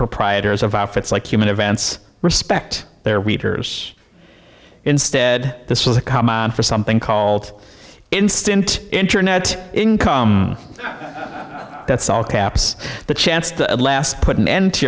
proprietors of outfits like human events respect their readers instead this was a common for something called instant internet income that's all caps the chance to last put an end to